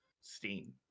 Steam